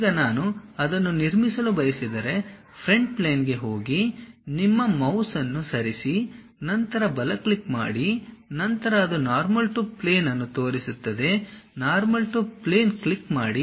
ಈಗ ನಾನು ಅದನ್ನು ನಿರ್ಮಿಸಲು ಬಯಸಿದರೆ ಫ್ರಂಟ್ ಪ್ಲೇನ್ಗೆ ಹೋಗಿ ನಿಮ್ಮ ಮೌಸ್ ಅನ್ನು ಸರಿಸಿ ನಂತರ ಬಲ ಕ್ಲಿಕ್ ಮಾಡಿ ನಂತರ ಅದು ನಾರ್ಮಲ್ ಟು ಪ್ಲೇನ್ ಅನ್ನು ತೋರಿಸುತ್ತದೆ ನಾರ್ಮಲ್ ಟು ಪ್ಲೇನ್ ಕ್ಲಿಕ್ ಮಾಡಿ